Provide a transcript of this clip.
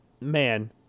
Man